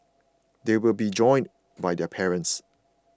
they will be joined by their parents